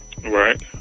Right